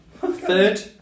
Third